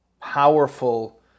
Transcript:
powerful